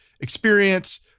experience